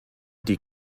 die